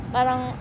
Parang